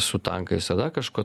su tankais ar dar kažkuo